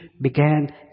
began